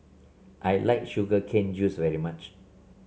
I like Sugar Cane Juice very much